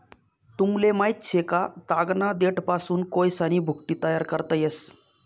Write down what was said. तुमले माहित शे का, तागना देठपासून कोयसानी भुकटी तयार करता येस